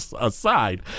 aside